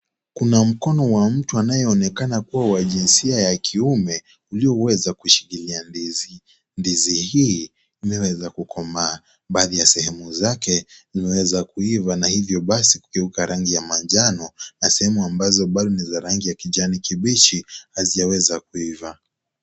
Kuna mkono wa mtu anayeonekana kuwa wa jinsia ya kiume ulioweza kushikilia, ndizi hii imeweza kukomaa baadhi ya sehemu zake zilizoweza kuiva na hivyo basi kugeuka rangi ya manjano na sehemu ambazo ni rangi ya kijani kibichi hazijaweza kuiva.